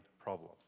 problem